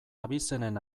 abizenen